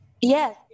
Yes